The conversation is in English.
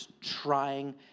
trying